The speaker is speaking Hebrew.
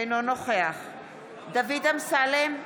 אינו נוכח דוד אמסלם,